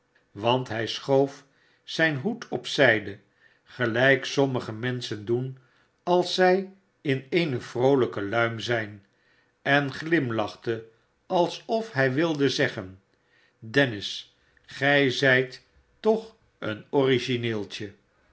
want hij schoof zijn hoed op zijde gelijk sommige menschen doen als zij in eene vroolijke luim zijn en glimlachte alsof hij wildq zeggen dennis ge zijt toch een origineeltje